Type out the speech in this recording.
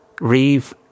Reeve